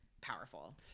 powerful